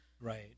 Right